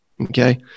Okay